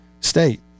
state